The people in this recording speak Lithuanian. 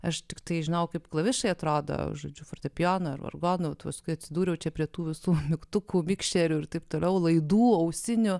aš tiktai žinau kaip klavišai atrodo žodžiu fortepijono ir furgonų tos kai atsidūriau čia prie tų visų mygtukų mikšerių ir t t laidų ausinių